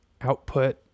output